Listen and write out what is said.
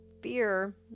fear